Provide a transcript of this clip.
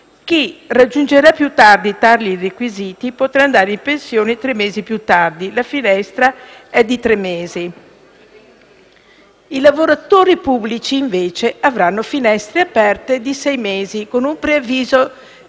Chi raggiungerà più tardi tali requisiti potrà andare in pensione tre mesi più tardi: la finestra è dunque di tre mesi. I lavoratori pubblici, invece, avranno finestre aperte di sei mesi, con un preavviso di